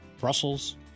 Brussels